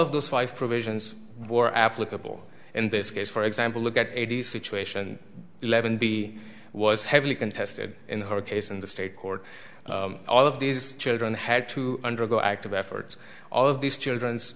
of those five provisions were applicable in this case for example look at eighty situation eleven b was heavily contested in her case in the state court all of these children had to undergo active efforts all of these children's